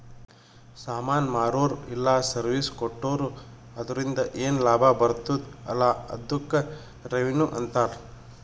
ಸಾಮಾನ್ ಮಾರುರ ಇಲ್ಲ ಸರ್ವೀಸ್ ಕೊಟ್ಟೂರು ಅದುರಿಂದ ಏನ್ ಲಾಭ ಬರ್ತುದ ಅಲಾ ಅದ್ದುಕ್ ರೆವೆನ್ಯೂ ಅಂತಾರ